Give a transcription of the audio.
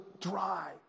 dry